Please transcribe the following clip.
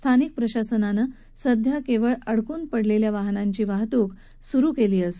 स्थानिक प्रशासनानं सध्या केवळ अडकून पडलेल्या वाहनांची वाहतूक पूर्ववत सुरु केली आहे